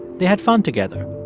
they had fun together.